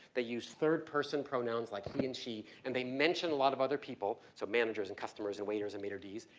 they use third person pronouns like he and she. and they mention a lot of other people, so managers and customers and waiters and maitre d'.